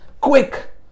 quick